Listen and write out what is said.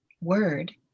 word